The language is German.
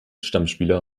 stammspieler